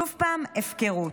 שוב פעם, הפקרות.